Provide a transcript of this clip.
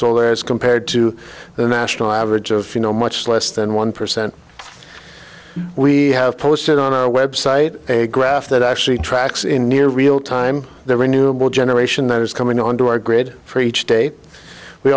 solar as compared to the national average of you know much less than one percent we have posted on our website a graph that actually tracks in near real time the renewal generation that is coming onto our grid for each day we